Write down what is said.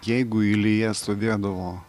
jeigu eilėje stovėdavo